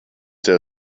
der